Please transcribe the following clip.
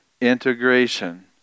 Integration